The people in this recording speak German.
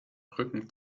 rücken